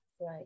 right